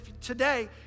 Today